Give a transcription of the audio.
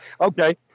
Okay